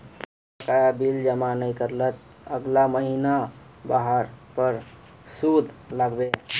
बकाया बिल जमा नइ कर लात अगला महिना वहार पर सूद लाग बे